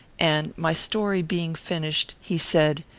and, my story being finished, he said,